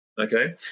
okay